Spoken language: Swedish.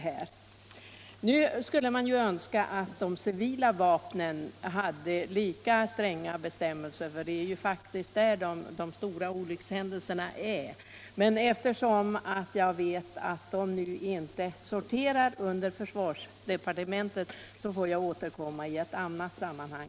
Nu skulle man önska att det funnes lika stränga bestämmelser när det gäller de civila vapnen, ty det är ju faktiskt med sådana vapen de flesta olyckorna sker, men eftersom jag nu vet att dessa vapen inte sorterar under försvarsdepartementet får jag återkomma i ett annat sammanhang.